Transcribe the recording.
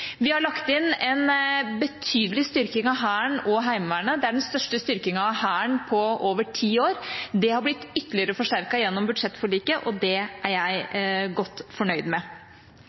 Vi har lagt inn en betydelig styrking av Hæren og Heimevernet. Det er den største styrkingen av Hæren på over ti år – den har blitt ytterligere forsterket gjennom budsjettforliket, og det er jeg godt fornøyd med.